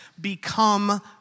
become